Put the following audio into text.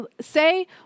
say